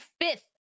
fifth